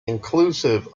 inclusive